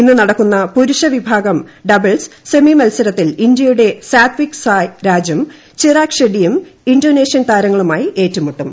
ഇന്ന് നടക്കുന്ന പുരുഷവിഭാഗം സിബ്ബിൾസ് സെമി മത്സരത്തിൽ ഇന്ത്യയുടെ സാത്പിക് ്സാർയ് രാജും ചിറാക് ഷെഡ്ഡിയും ഇന്തോനേഷ്യൻ താരങ്ങളുമാർയി ഏറ്റുമുട്ടും